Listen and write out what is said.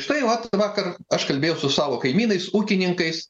štai vat vakar aš kalbėjau su savo kaimynais ūkininkais